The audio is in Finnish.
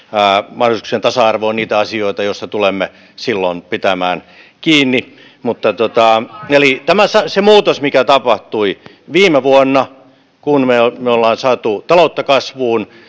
mahdollisuuksien tasa arvo ovat niitä asioita joista tulemme silloin pitämään kiinni eli kun tuli se muutos mikä tapahtui viime vuonna kun me me olemme saaneet taloutta kasvuun ja